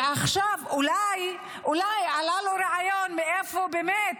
ועכשיו אולי, אולי עלה לו רעיון מאיפה באמת